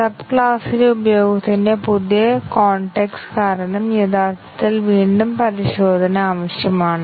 sub ക്ലാസിലെ ഉപയോഗത്തിന്റെ പുതിയ കോൺടെക്സ്റ്റ് കാരണം യഥാർത്ഥത്തിൽ വീണ്ടും പരിശോധന ആവശ്യമാണ്